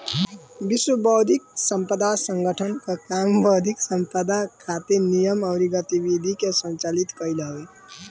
विश्व बौद्धिक संपदा संगठन कअ काम बौद्धिक संपदा खातिर नियम अउरी गतिविधि के संचालित कईल हवे